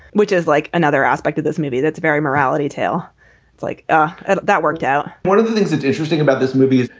which is like another aspect of this movie. that's very morality tale. it's like ah and that worked out one of the things that's interesting about this movie is,